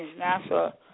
nasa